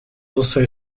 also